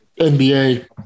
NBA